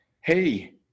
hey